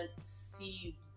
see